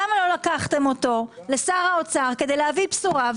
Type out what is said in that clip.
למה לא לקחתם אותו לשר האוצר כדי להביא בשורה?